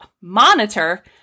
monitor